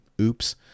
oops